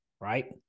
right